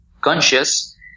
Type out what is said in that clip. conscious